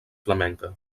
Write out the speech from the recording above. flamenca